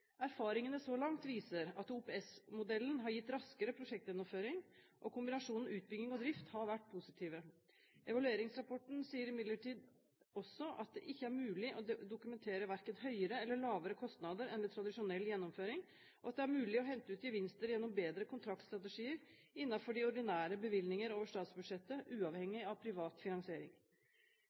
Erfaringene så langt viser at OPS-modellen har gitt raskere prosjektgjennomføring, og kombinasjonen utbygging og drift har vært positive. Evalueringsrapporten sier imidlertid også at det ikke er mulig å dokumentere verken høyere eller lavere kostnader enn ved tradisjonell gjennomføring, og at det er mulig å hente ut gevinster gjennom bedre kontraktsstrategier innenfor de ordinære bevilgninger over statsbudsjettet, uavhengig av privat finansiering.